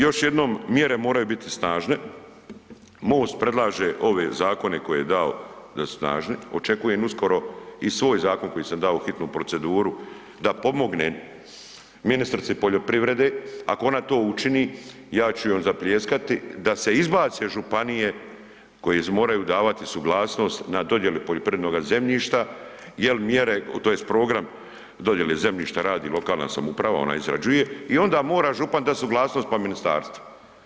Još jednom mjere moraju biti snažne, MOST predlaže ove zakone koje je dao da su snažni, očekujem uskoro i svoj zakon koji sam dao u hitnu proceduru da pomogne ministrici poljoprivrede, ako ona to učini ja ću joj zapljeskati da se izbace županije koje moraju davati suglasnost na dodjeli poljoprivrednoga zemljišta jer mjere tj. program dolje jel zemljišta radi lokalna samouprava, ona izrađuje i onda mora župan dat suglasnost pa ministarstvo.